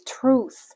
truth